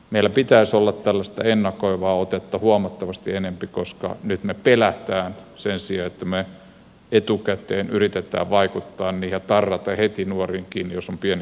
meillä pitäisi olla tällaista ennakoivaa otetta huomattavasti enempi koska nyt me pelkäämme sen sijaan että me etukäteen yritämme vaikuttaa heihin ja tarrata heti nuoriin kiinni jos on pienikin syrjäytymisuhka